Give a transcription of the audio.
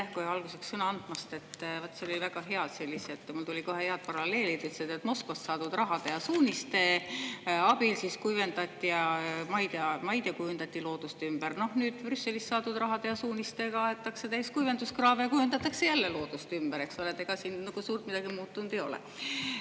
kohe alguses sõna andmast! Vaat see oli väga hea, mul tulid kohe head paralleelid. Ütlesite, et Moskvast saadud raha ja suuniste abil kuivendati maid ja kujundati loodust ümber. Nüüd Brüsselist saadud raha ja suunistega aetakse täis kuivenduskraave ja kujundatakse jälle loodust ümber, eks ole. Ega siin suurt midagi muutunud ei ole.